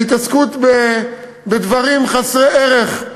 בהתעסקות בדברים חסרי ערך,